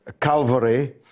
calvary